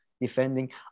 defending